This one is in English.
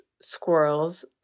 squirrels